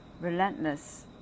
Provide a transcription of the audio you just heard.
relentless